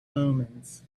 omens